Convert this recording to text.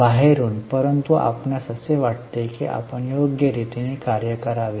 बाहेरून परंतु आपणास असे वाटते की आपण योग्य रीतीने कार्य करावे